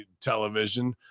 television